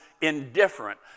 indifferent